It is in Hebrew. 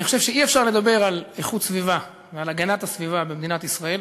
אני חושב שאי-אפשר לדבר על איכות הסביבה ועל הגנת הסביבה במדינת ישראל